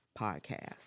podcast